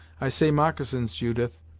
i say moccasins, judith,